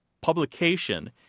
publication